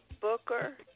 Booker